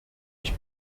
ich